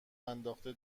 انداخته